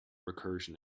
recursion